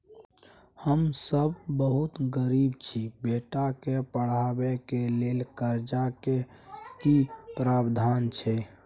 हम सब बहुत गरीब छी, बेटा के पढाबै के लेल कर्जा के की प्रावधान छै?